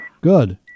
Good